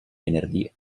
venerdì